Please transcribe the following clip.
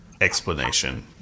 explanation